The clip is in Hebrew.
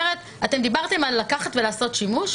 דיברתם על לקחת ולעשות שימוש,